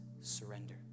surrender